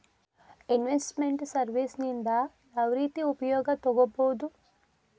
Invest made services ನಿಂದಾ ಯಾವ್ರೇತಿ ಉಪಯೊಗ ತಗೊಬೊದು?